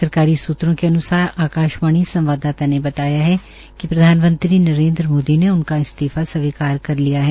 सरकारी सूत्रों अन्सार आकाशवाणी संवाददाता ने बताया कि प्रधानमंत्री नरेन्द्र मोदी ने उनका इस्तीफा स्वीकार कर लिया है